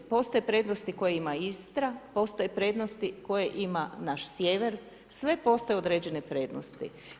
Postoje prednosti koje ima Istra, postoje prednosti, koje ima naš sjever, sve postoje određene prednosti.